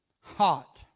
hot